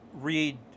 read